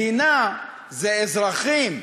מדינה זה אזרחים,